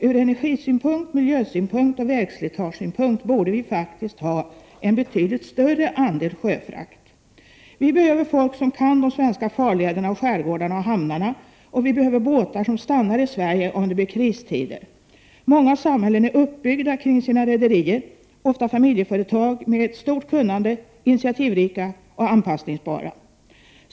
Ur energisynpunkt, miljösynpunkt och vägslitagesynpunkt borde vi faktiskt ha en betydligt större andel sjöfrakt. Vi behöver folk som har kunskap om de svenska farlederna, skärgårdarna och hamnarna. Vi behöver också båtar som stannar i Sverige om det blir kristider. Många samhällen är uppbyggda kring sina rederier. Det rör sig ofta om familjeföretag med stort kunnande, och de är intiativrika och anpassningsbara.